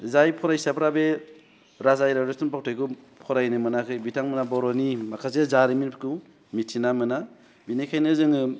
जाय फरायसाफोरा बे राजा इराग्दाव थुनफावथायखौ फरायनो मोनाखै बिथांमोनहा बर'नि माखासे जारिमिनफोरखौ मिथिना मोना बेनिखायनो जोङो